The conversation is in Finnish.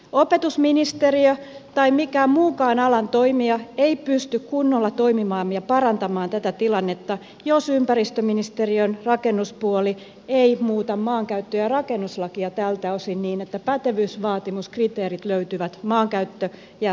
opetusministeriö tai mikään muukaan alan toimija ei pysty kunnolla toimimaan ja parantamaan tätä tilannetta jos ympäristöministeriön rakennuspuoli ei muuta maankäyttö ja rakennuslakia tältä osin niin että pätevyysvaatimuskriteerit löytyvät maankäyttö ja rakennuslaista